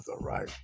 right